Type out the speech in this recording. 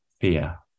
fear